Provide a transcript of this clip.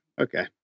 okay